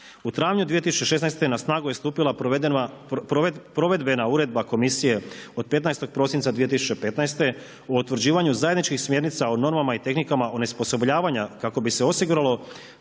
U travnju 2016. na snagu je stupila provedbena uredba komisije od 15. prosinca 2015. u utvrđivanju zajedničkih smjernica o normama i tehnikama onesposobljavanja kako bi se osiguralo